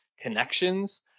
connections